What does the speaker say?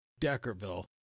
Deckerville